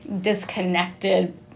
disconnected